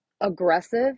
aggressive